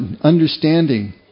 understanding